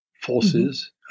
forces